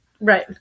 Right